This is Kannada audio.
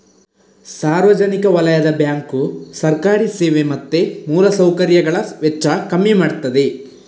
ಸಾರ್ವಜನಿಕ ವಲಯದ ಬ್ಯಾಂಕು ಸರ್ಕಾರಿ ಸೇವೆ ಮತ್ತೆ ಮೂಲ ಸೌಕರ್ಯಗಳ ವೆಚ್ಚ ಕಮ್ಮಿ ಮಾಡ್ತದೆ